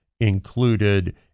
included